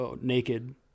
naked